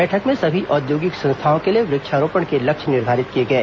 बैठक में सभी औद्योगिक संस्थाओं के लिए वृक्षारोपण के लक्ष्य निर्धारित किए गए